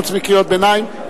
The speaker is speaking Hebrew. חוץ מקריאות ביניים,